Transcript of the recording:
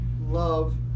love